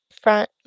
front